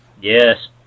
Yes